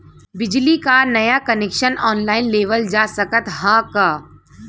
बिजली क नया कनेक्शन ऑनलाइन लेवल जा सकत ह का?